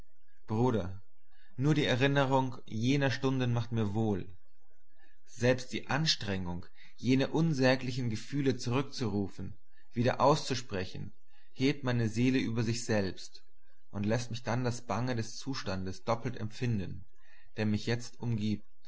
bruder nur die erinnerung jener stunden macht mir wohl selbst diese anstrengung jene unsäglichen gelüste zurückzurufen wieder auszusprechen hebt meine seele über sich selbst und läßt mich dann das bange des zustandes doppelt empfinden der mich jetzt umgibt